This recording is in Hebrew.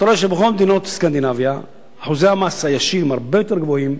אתה רואה שבכל מדינות סקנדינביה אחוזי המס הישיר הם הרבה יותר גבוהים.